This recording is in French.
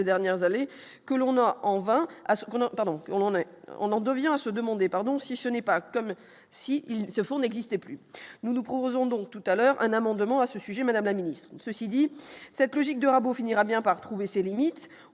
on en a, on en devient, à se demander pardon, si ce n'est pas comme si se fonds n'existait plus, nous, nous proposons donc tout à l'heure, un amendement à ce sujet, Madame la Ministre, ceci dit, cette logique de rabot finira bien par trouver ses limites